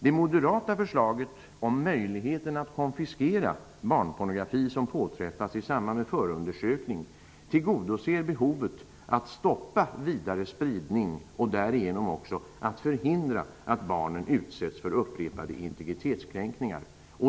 Det moderata förslaget om möjligheten att konfiskera barnpornografi som påträffas i samband med förundersökning tillgodoser behovet att stoppa vidare spridning och därigenom också att förhindra att barnen utsätts för upprepade integritetskränkningar.